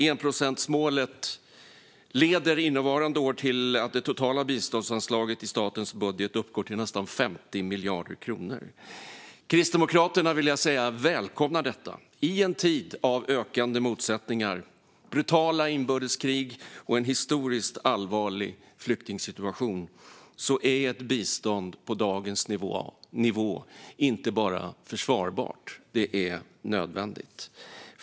Enprocentsmålet leder innevarande år till att det totala biståndsanslaget i statens budget uppgår till nästan 50 miljarder kronor. Kristdemokraterna välkomnar detta. I en tid av ökande motsättningar, brutala inbördeskrig och en historiskt allvarlig flyktingsituation är ett bistånd på dagens nivå inte bara försvarbart utan nödvändigt.